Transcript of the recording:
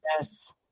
yes